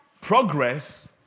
progress